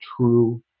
true